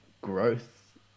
growth